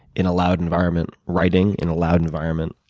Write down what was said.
in a loud environment, writing in a loud environment,